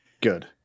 good